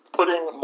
putting